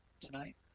tonight